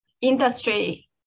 industry